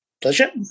Pleasure